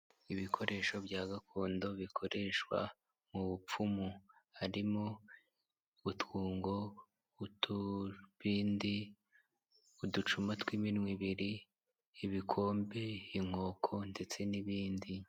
Ibikoresho bya gakondo bikoreshwa mu bupfumu harimo utwungo, utubindi, uducuma tw'iminwa ibiri, ibikombe, inkoko ndetse n'ibindi.